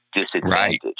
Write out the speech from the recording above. disadvantage